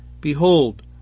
Behold